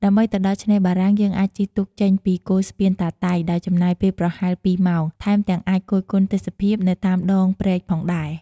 ដើម្បីទៅដល់ឆ្នេរបារាំងយើងអាចជិះទូកចេញពីគល់ស្ពានតាតៃ ដោយចំណាយពេលប្រហែល២ម៉ោង ថែមទាំងអាចគយគន់ទេសភាពនៅតាមដងព្រែកផងដែរ។